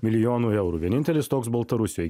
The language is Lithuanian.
milijonų eurų vienintelis toks baltarusijoj